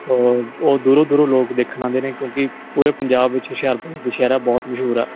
ਉਹ ਦੂਰੋਂ ਦੂਰੋਂ ਲੋਕ ਦੇਖਣ ਆਉਂਦੇ ਨੇ ਕਿਉਂਕਿ ਪੂਰੇ ਪੰਜਾਬ ਵਿੱਚ ਹੁਸ਼ਿਆਰਪੁਰ ਦੁਸਹਿਰਾ ਬਹੁਤ ਮਸ਼ਹੂਰ ਆ